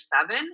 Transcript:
seven